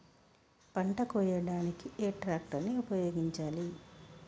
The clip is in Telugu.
పంట కోయడానికి ఏ ట్రాక్టర్ ని ఉపయోగించాలి?